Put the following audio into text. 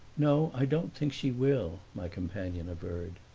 no, i don't think she will, my companion averred.